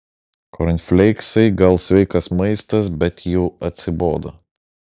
kornfleiksai gal sveikas maistas bet jau atsibodo